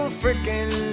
freaking